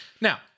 Now